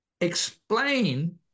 explain